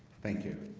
thank you